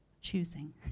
choosing